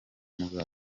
movie